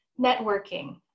Networking